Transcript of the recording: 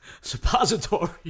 suppository